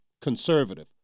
conservative